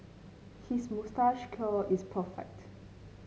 his moustache curl is perfect